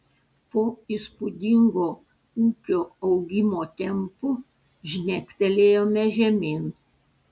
po įspūdingo ūkio augimo tempų žnektelėjome žemyn